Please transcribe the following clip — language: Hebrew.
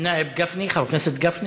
א-נאאב גפני, חבר הכנסת גפני,